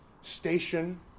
station